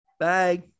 bye